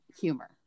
humor